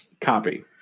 Copy